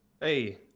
Hey